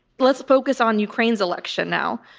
let's focus on ukraine's election now.